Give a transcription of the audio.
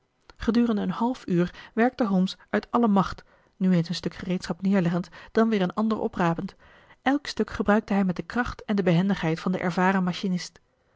gedurende een half uur werkte holmes uit alle macht nu eens een stuk gereedschap neerleggend dan weer een ander oprapend elk stuk gebruikte hij met de kracht en de behendigheid van den ervaren machinist